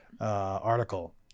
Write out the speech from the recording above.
article